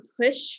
push